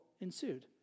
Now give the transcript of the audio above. ensued